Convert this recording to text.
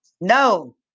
No